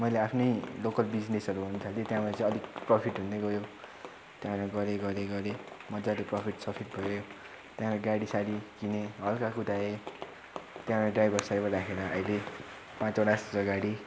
मैले आफ्नै लोकल बिजनेसहरू गर्नु थालेँ त्यहाँबाट चाहिँ अलिक प्रफिट हुँदै गयो त्यहाँबाट गरेँ गरेँ गरेँ मजाले प्रफिट सफिट भयो त्यहाँबाट गाडी साडी किनेँ हल्का कुदाएँ त्यहाँबाट ड्राइभर साइबर राखेर अहिले पाँचवटा जस्तो छ गाडी